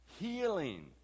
healing